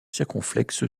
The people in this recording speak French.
circonflexe